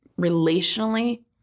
relationally